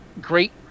great